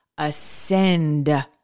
Ascend